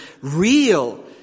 real